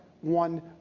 one